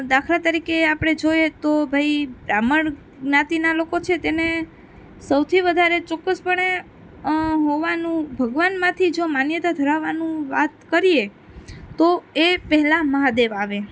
દાખલા તરીકે આપણે જોઈએ તો ભાઈ બ્રાહ્મણ જ્ઞાતિનાં લોકો છે તેને સૌથી વધારે ચોક્કસપણે હોવાનું ભગવાનમાંથી જો માન્યતા ધરાવવાનું વાત કરીએ તો એ પહેલાં મહાદેવ આવે